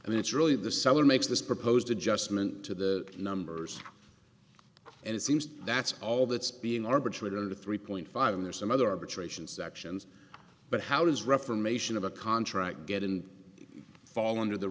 adjustments and it's really the seller makes this proposed adjustment to the numbers and it seems that's all that's being arbitrator the three point five and there's another arbitration sections but how does reformation of a contract get in fall under the